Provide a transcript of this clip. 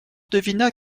devina